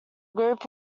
group